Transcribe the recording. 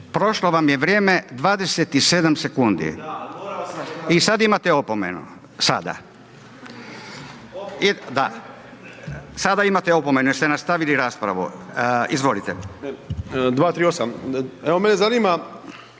Prošlo vam je vrijeme, 27 sekundi i sada imate opomenu, sada. Da, sada imate opomenu, jer ste nastavili raspravu. Izvolite. **Zekanović,